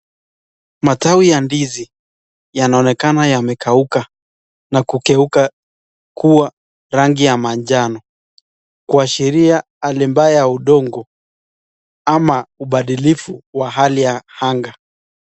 Matawi ya ndizi yanaonekana yamekauka na kugeuka kuwa rangi ya manjano kuashiria hali mbaya ya udongo ama ubadilifu wa hali ya anga.